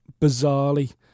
bizarrely